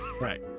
right